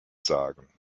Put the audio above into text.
sagen